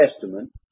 Testament